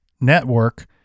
network